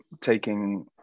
taking